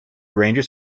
ranges